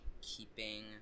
keeping